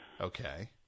Okay